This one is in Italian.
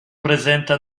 presenta